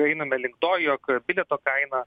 einame link to jog bilieto kaina